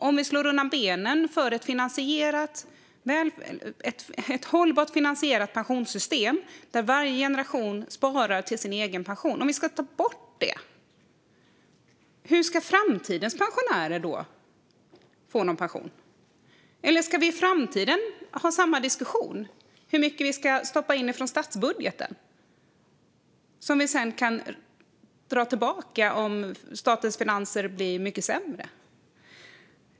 Om vi slår undan benen för ett hållbart, finansierat pensionssystem där varje generation sparar till sin egen pension och tar bort det, hur ska framtidens pensionärer då få någon pension? Eller ska vi i framtiden ha samma diskussion om hur mycket vi ska stoppa in från statsbudgeten som vi sedan kan dra tillbaka om statens finanser blir mycket sämre?